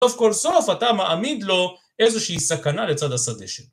סוף כל סוף אתה מעמיד לו איזושהי סכנה לצד השדה שלו.